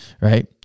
right